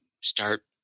start